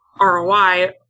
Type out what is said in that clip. ROI